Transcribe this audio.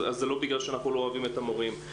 זה לא בגלל שאנחנו לא אוהבים את המורים.